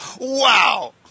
Wow